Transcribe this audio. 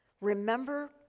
Remember